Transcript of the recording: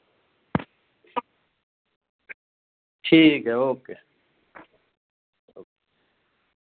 ठीक ऐ ओके